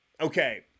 okay